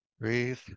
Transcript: Breathe